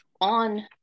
on